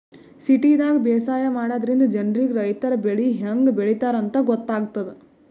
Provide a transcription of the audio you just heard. ಸಿಟಿದಾಗ್ ಬೇಸಾಯ ಮಾಡದ್ರಿನ್ದ ಜನ್ರಿಗ್ ರೈತರ್ ಬೆಳಿ ಹೆಂಗ್ ಬೆಳಿತಾರ್ ಅಂತ್ ಗೊತ್ತಾಗ್ತದ್